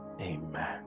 amen